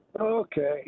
Okay